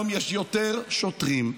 יש יותר שוטרים,